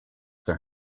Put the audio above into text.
their